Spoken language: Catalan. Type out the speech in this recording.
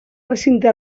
recinte